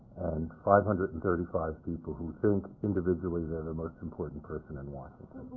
and five hundred and thirty five people who think individually they're the most important person in washington.